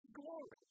glory